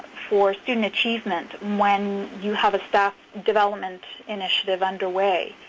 for student achievement when you have a staff development initiative underway.